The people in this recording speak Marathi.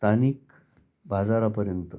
स्थानिक बाजारापर्यंत